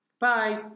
Bye